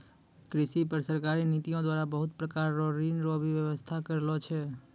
कृषि पर सरकारी नीतियो द्वारा बहुत प्रकार रो ऋण रो भी वेवस्था करलो छै